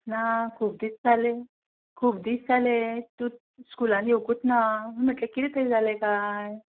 ना खूब दीस जाले खूब दीस जाले तूं स्कुलान येवकूच ना म्ह म्हणलें किदें तरी जालें काय